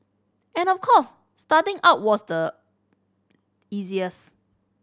and of course starting out was the easiest